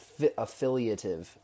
affiliative